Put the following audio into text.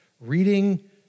reading